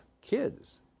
kids